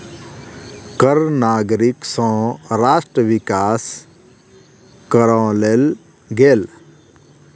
कर नागरिक सँ राष्ट्र विकास करअ लेल गेल